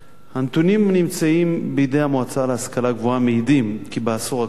הנתונים הנמצאים בידי המועצה להשכלה גבוהה מעידים כי בעשור הקודם,